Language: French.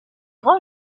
grand